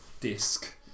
disc